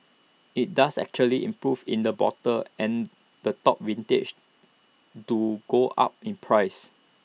IT does actually improve in the bottle and the top vintages do go up in price